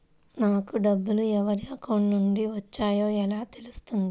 నాకు డబ్బులు ఎవరి అకౌంట్ నుండి వచ్చాయో ఎలా తెలుస్తుంది?